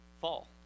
fall